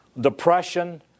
depression